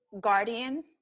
guardian